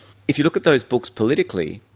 if you look at those books politically,